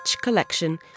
collection